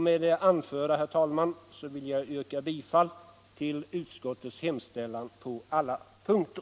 Med det anförda vill jag, herr talman, yrka bifall till utskottets hemställan på alla punkter.